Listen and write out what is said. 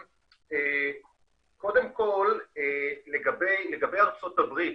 קודם כל, לגבי ארצות הברית,